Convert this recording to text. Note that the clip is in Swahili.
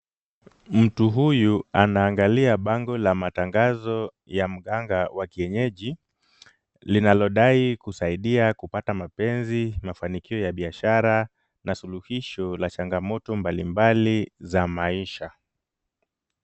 Mtu huyu anaangalia bango la matangazo ya mganga wa kienyeji linalodai kusaidia kupata mapenzi, mafanikio la biashara na suluhisho la changamoto mbalimbali za maisha.